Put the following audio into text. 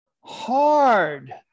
hard